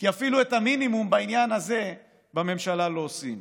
כי אפילו את המינימום בעניין הזה בממשלה לא עושים.